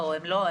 לא.